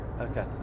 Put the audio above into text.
Okay